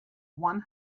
one